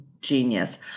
Genius